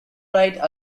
write